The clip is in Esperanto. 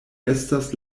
estas